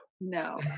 No